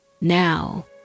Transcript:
Now